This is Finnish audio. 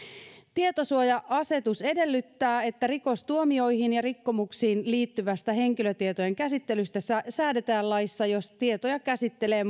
tietosuoja asetus edellyttää että rikostuomioihin ja rikkomuksiin liittyvästä henkilötietojen käsittelystä säädetään laissa jos tietoja käsittelee